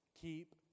keep